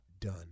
done